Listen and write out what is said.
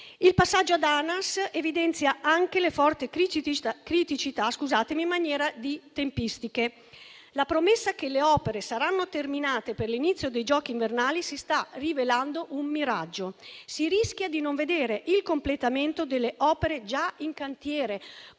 Il passaggio ad ANAS evidenzia anche le forti criticità in materia di tempistiche. La promessa che le opere saranno terminate per l'inizio dei giochi invernali si sta rivelando un miraggio. Si rischia di non vedere il completamento delle opere già in cantiere,